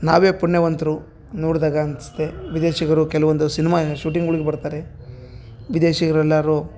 ನಾವೇ ಪುಣ್ಯವಂತರು ನೋಡ್ದಾಗ ಅನ್ಸತ್ತೆ ವಿದೇಶಿಗರು ಕೆಲ್ವೊಂದು ಸಿನಿಮಾ ಶೂಟಿಂಗ್ಗಳಿಗೆ ಬರ್ತಾರೆ ವಿದೇಶಿಗ್ರು ಎಲ್ಲಾರು